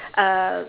uh